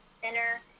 thinner